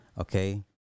Okay